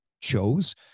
chose